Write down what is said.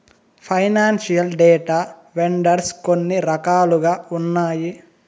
financial data vendors కొన్ని రకాలుగా ఉన్నాయి